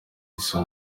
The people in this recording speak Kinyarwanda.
izo